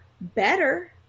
better